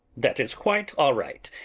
that is quite all right.